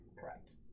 Correct